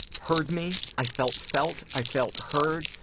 heard me, i felt felt, i felt heard,